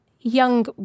young